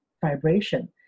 vibration